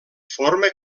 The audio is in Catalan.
forma